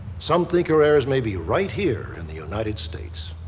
some think her heirs may be right here in the united states.